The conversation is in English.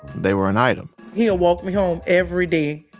they were an item he'll walk me home every day.